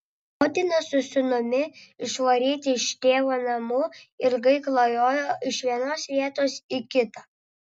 motina su sūnumi išvaryti iš tėvo namų ilgai klajojo iš vienos vietos į kitą